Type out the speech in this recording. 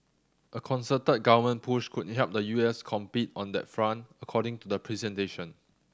a concerted government push could help the U S compete on that front according to the presentation